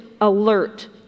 alert